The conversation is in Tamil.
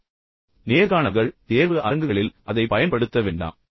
எனவே நேர்காணல்கள் தேர்வு அரங்குகளில் அதை பயன்படுத்த வேண்டாம்